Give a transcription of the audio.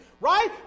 Right